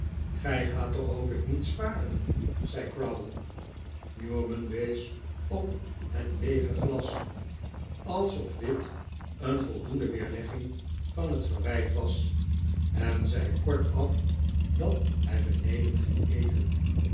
gij gaat toch hoop ik niet sparen zei crowl newman wees op het leege glas alsof dit een voldoende weerlegging van het verwijt was en zei kortaf dat hij beneden ging eten